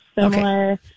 similar